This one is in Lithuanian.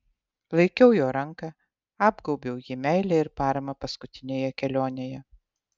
laikiau jo ranką apgaubiau jį meile ir parama paskutinėje kelionėje